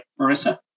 Marissa